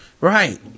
right